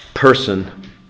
person